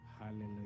Hallelujah